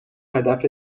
هدف